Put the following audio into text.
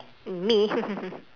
me